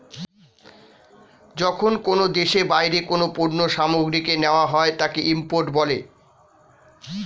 যখন কোনো দেশে বাইরের কোনো পণ্য সামগ্রীকে নেওয়া হয় তাকে ইম্পোর্ট বলে